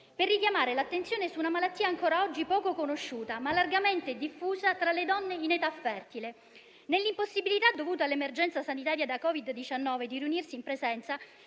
per richiamare l'attenzione su una malattia ancora oggi poco conosciuta, ma largamente diffusa tra le donne in età fertile. Nell'impossibilità, dovuta all'emergenza sanitaria da Covid-19, di riunirsi in presenza,